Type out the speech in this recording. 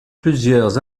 plusieurs